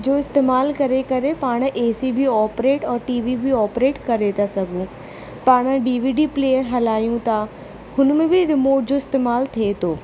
जो इस्तेमाल करे करे पाण ए सी बि ऑपरेट और टी वी बि ऑपरेट करे था सघूं पाण डी वी डी प्लेयर हलायूं था हुन में बि रिमोट जो इस्तेमालु थिए थो